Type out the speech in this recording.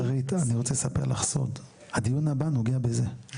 שרית, אני רוצה לספר לך סוד: הדיון הבא נוגע בזה.